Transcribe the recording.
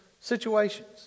situations